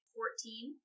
Fourteen